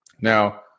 Now